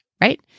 Right